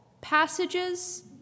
passages